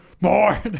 more